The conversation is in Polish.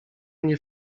nie